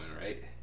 right